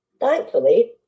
Thankfully